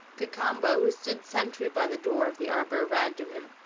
cacambo, who stood sentry by the door of the arbour, ran to him.